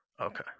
Okay